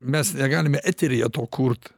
mes negalime eteryje to kurt